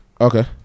Okay